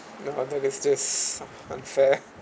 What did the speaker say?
you know how that is this unfair